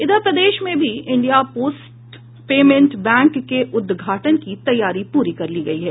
इधर प्रदेश में भी इंडिया पोस्ट पेमेंट बैंक के उद्घाटन की तैयारी पूरी कर ली गयी है